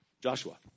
Joshua